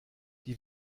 die